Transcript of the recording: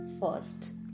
first